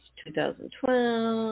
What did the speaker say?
2012